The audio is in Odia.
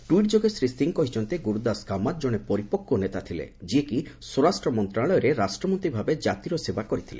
ଟୁଇଟ୍ ଯୋଗେ ଶ୍ରୀ ସିଂ କହିଛନ୍ତି ଗୁରୁଦାସ କାମାତ ଜଣେ ପରିପକ୍ୱ ନେତା ଥିଲେ ଯିଏ କି ସ୍ୱରାଷ୍ଟ୍ରମନ୍ତ୍ରଣାଳୟରେ ରାଷ୍ଟ୍ରମନ୍ତ୍ରୀଭାବେ ଜାତିର ସେବା କରିଥିଲେ